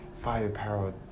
Firepower